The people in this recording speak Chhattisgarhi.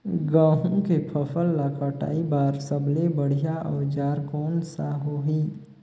गहूं के फसल ला कटाई बार सबले बढ़िया औजार कोन सा होही?